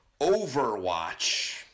Overwatch